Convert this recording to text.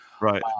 Right